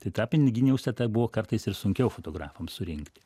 tai tą piniginį užstatą buvo kartais ir sunkiau fotografams surinkti